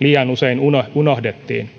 liian usein ihmiset unohdettiin